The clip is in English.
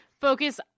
focus